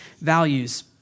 values